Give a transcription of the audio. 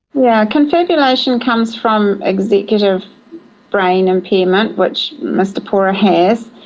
yeah confabulation comes from executive brain impairment, which mr pora has.